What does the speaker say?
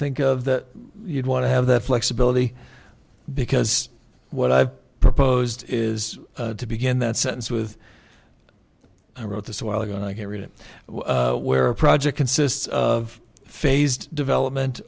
think of that you'd want to have that flexibility because what i've proposed is to begin that sentence with i wrote this a while ago and i hear it where a project consists of phased development